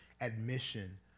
admission